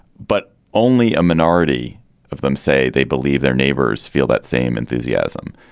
but only a minority of them say they believe their neighbors feel that same enthusiasm.